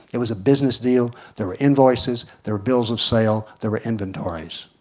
it was a business deal there were invoices, there were bills of sale, there were inventories.